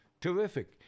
terrific